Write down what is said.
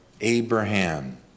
Abraham